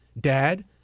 Dad